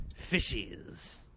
fishies